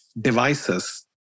devices